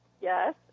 yes